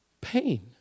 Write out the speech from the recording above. pain